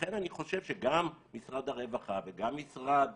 ולכן אני חושב שגם משרד הרווחה וגם משרד